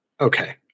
Okay